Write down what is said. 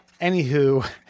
Anywho